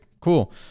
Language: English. cool